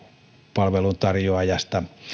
palveluntarjoajasta